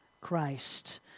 Christ